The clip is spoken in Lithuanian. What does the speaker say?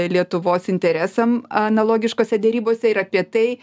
lietuvos interesam analogiškose derybose ir apie tai